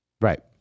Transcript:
Right